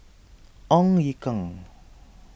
Ong Ye Kung